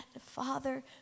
Father